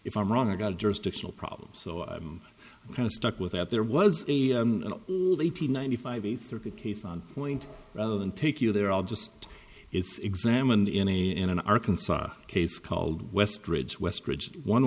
if i'm wrong or got jurisdictional problems so i'm kind of stuck with it there was a hundred ninety five eighth circuit case on point rather than take you there are just it's examined in a in an arkansas case called west ridge west ridge one